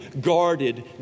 guarded